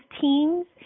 teams